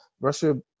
Russia